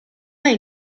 hai